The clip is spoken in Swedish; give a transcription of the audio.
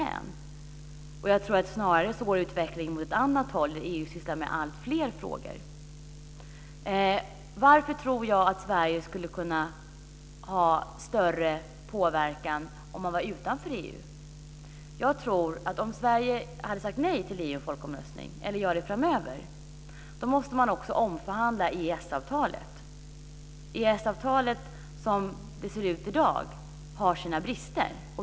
Snarare tror jag att utvecklingen går åt ett annat håll; att EU sysslar med alltfler frågor. Varför tror jag att Sverige skulle kunna ha större påverkan om vi var utanför EU? Jag tror att om Sverige hade sagt nej till EU i folkomröstningen, eller gör det framöver, måste man också omförhandla EES-avtalet. EES-avtalet som det ser ut i dag har sina brister.